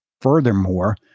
Furthermore